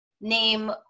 name